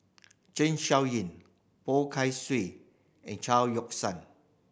Zeng Shouyin Poh Kay Swee and Chao Yoke San